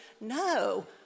No